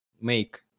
make